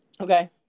Okay